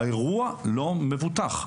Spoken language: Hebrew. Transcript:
האירוע לא מבוטח.